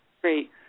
Great